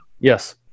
Yes